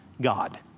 God